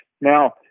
Now